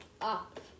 up